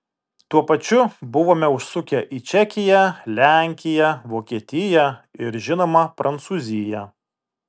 tuo pačiu buvome užsukę į čekiją lenkiją vokietiją ir žinoma prancūziją